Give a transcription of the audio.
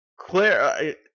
Claire